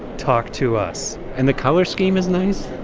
talk to us and the color scheme is nice.